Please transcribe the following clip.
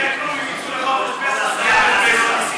לא יקרה כלום אם יצאו לחופש פסח בערב פסח.